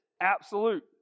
absolute